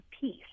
peace